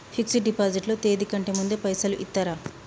Fix డ్ deposit లో తేది కంటే ముందే పైసలు ఇత్తరా?